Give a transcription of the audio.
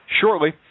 shortly